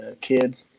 kid